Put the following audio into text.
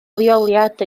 leoliad